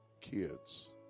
kids